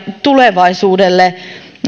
tulevaisuudelle